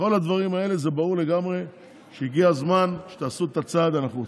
מכל הדברים האלה ברור לגמרי שהגיע הזמן שתעשו את הצעד הנחוץ.